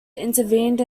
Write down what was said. intervened